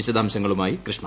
വിശദാംശങ്ങളുമായി കൃഷ്ണ